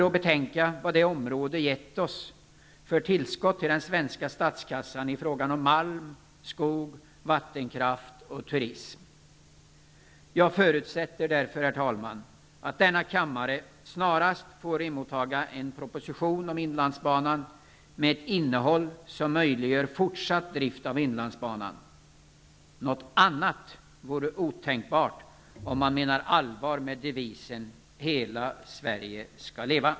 Vi bör betänka vilket tillskott Norrland har inneburit för den svenska statskassan i fråga om malmen, skogen, vattenkraften och turismen. Jag förutsätter därför, herr talman, att denna kammare snarast får emottaga en proposition om inlandsbanan med ett innehåll som är sådant att en fortsatt drift av inlandsbanan möjliggörs. Något annat är otänkbart om man menar allvar med devisen Hela Sverige skall leva.